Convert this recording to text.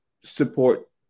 support